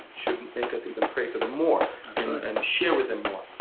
shouldn't make us even pray for them more and but and share with them more?